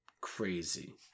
crazy